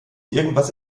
irgendwas